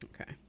okay